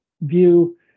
view